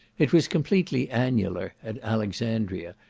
it was completely annular at alexandria,